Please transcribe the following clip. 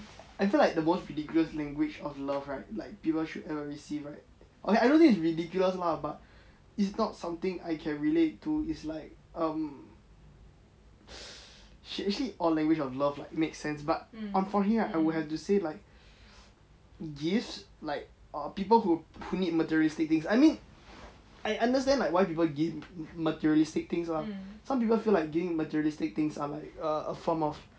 I feel like the most ridiculous language of love right like people should ever receive right okay I don't think it's ridiculous lah but it's not something I can relate to it's like um actually all language of love make sense but unfortunately right I would have to say like these like err people who put in materialistic things like I mean I understand like why people give materialistic things lah some people feel like giving materialistic things are like a form of